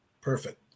Perfect